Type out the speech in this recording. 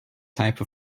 type